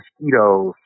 mosquitoes